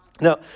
Now